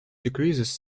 decreases